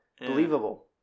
believable